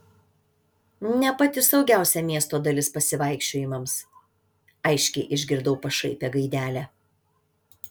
ne pati saugiausia miesto dalis pasivaikščiojimams aiškiai išgirdau pašaipią gaidelę